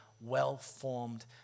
well-formed